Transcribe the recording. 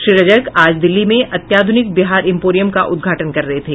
श्री रजक आज दिल्ली में अत्याधुनिक बिहार इंपोरियम का उद्घाटन कर रहे थे